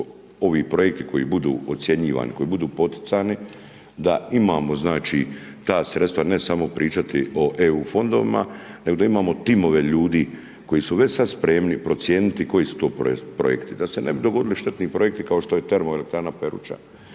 ovi projekti koji budu ocjenjivani, koji budu poticani da imamo znači ta sredstva ne samo pričati o EU fondovima, nego da imamo timove ljudi koji su već sad spremni procijeniti koji su to projekti. Da se ne bi dogodili štetni projekti kao što je termo elektrana Peruča,